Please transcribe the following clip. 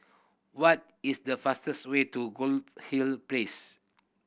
what is the fastest way to Goldhill Place